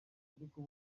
ariko